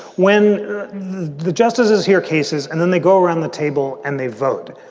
when the justices hear cases and then they go around the table and they vote.